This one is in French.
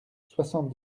soixante